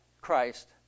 Christ